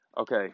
Okay